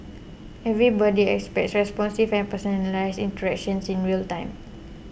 everybody expects responsive and personalised interactions in real time